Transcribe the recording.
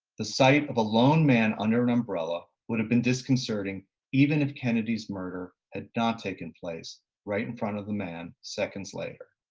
the site of a lone man under an umbrella would have been disconcerting even if kennedy's murder had not taken place right in front of the man seconds later.